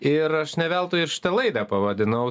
ir aš ne veltui ir šitą laidą pavadinau